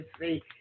see